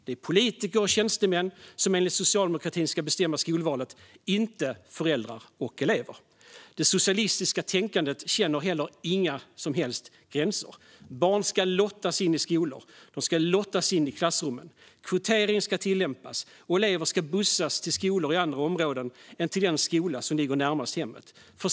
Det är politiker och tjänstemän som enligt socialdemokratin ska bestämma skolvalet, inte föräldrar och elever. Det socialistiska tänkandet känner heller inga som helst gränser. Barn ska lottas in i skolor och klasser. Kvotering ska tillämpas, och elever ska bussas till skolor i andra områden i stället för till den skola som ligger närmast hemmet.